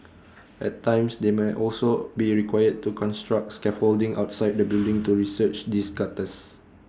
at times they may also be required to construct scaffolding outside the building to research these gutters